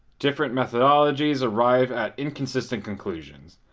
different methodologies arrive at inconsistent conclusions,